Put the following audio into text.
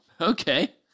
Okay